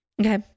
okay